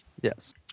Yes